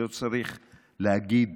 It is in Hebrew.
לא צריך להגיד